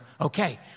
okay